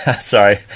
Sorry